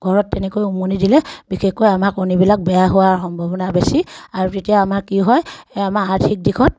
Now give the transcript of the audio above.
ঘৰত তেনেকৈ উমনি দিলে বিশেষকৈ আমাৰ কণীবিলাক বেয়া হোৱাৰ সম্ভাৱনা বেছি আৰু তেতিয়া আমাৰ কি হয় আমাৰ আৰ্থিক দিশত